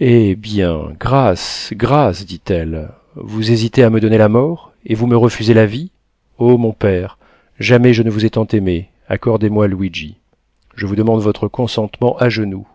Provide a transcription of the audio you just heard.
eh bien grâce grâce dit-elle vous hésitez à me donner la mort et vous me refusez la vie o mon père jamais je ne vous ai tant aimé accordez-moi luigi je vous demande votre consentement à genoux